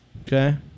okay